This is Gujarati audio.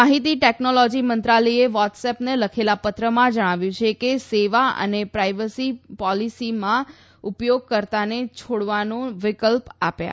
માહિતી ટેકનોલોજી મંત્રાલયે વોટ્સઅપને લખેલા પત્રમાં જણાવાયું છે કે સેવા અને પ્રાઇવસી પોલીસીમાં ઉપયોગકર્તાને છોડવાનો વિકલ્પ આપ્યા